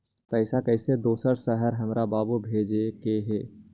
पैसा कैसै दोसर शहर हमरा बाबू भेजे के है?